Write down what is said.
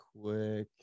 quick